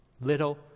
little